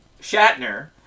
Shatner